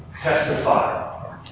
testify